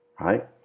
right